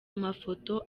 mafoto